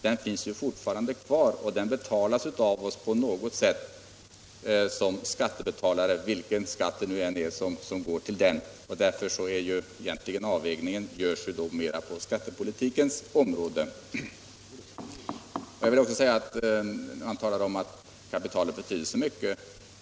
Den finns fortfarande kvar, och vi alla betalar den på något sätt som skattebetalare. Herr Claeson talar vidare om att kapitalet betyder så mycket.